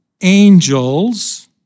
Angels